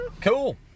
Cool